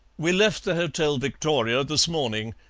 we left the hotel victoria this morning.